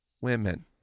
women